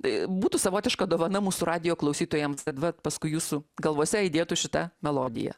tai būtų savotiška dovana mūsų radijo klausytojams kad vat paskui jūsų galvose aidėtų šita melodija